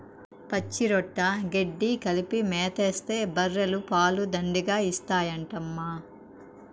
పచ్చిరొట్ట గెడ్డి కలిపి మేతేస్తే బర్రెలు పాలు దండిగా ఇత్తాయంటమ్మా